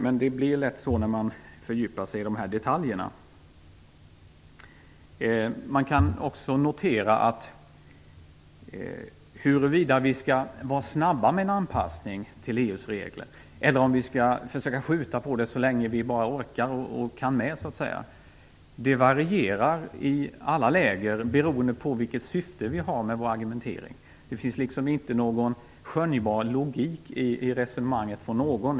Men det blir lätt så när man fördjupar sig i dessa detaljer. Man kan också notera att huruvida vi skall vara snabba med en anpassning till EU:s regler, eller om vi skall försöka skjuta på det så länge vi bara orkar och kan med, varierar i alla läger beroende på vilket syfte vi har med vår argumentering. Det finns liksom inte någon skönjbar logik i resonemanget från någon.